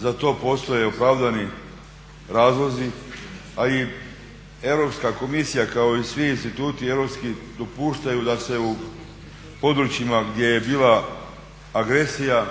za to postoje opravdani razlozi a i Europska komisija kao i svi instituti europski dopuštaju da se u područjima gdje je bila agresija